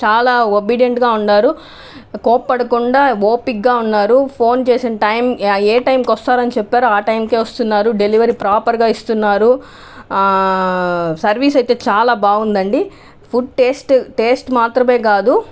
చాలా ఒబిడియెంట్గా ఉన్నారు కోప్పడకుండా ఓపిగ్గా ఉన్నారు ఫోన్ చేసిన టైమ్ ఏ టైంకి వస్తారని చెప్పారో ఆ టైమ్కే వస్తున్నారు డెలివరీ ప్రపర్గా ఇస్తున్నారు సర్వీస్ అయితే చాలా బాగుందండీ ఫుడ్ టేస్ట్ టేస్ట్ మాత్రమే కాదు